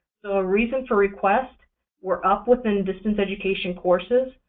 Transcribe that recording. reasons for request were up within distance education courses.